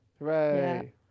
Hooray